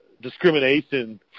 discrimination